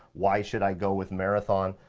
why should i go with marathon?